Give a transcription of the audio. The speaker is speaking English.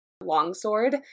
longsword